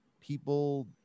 people